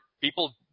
people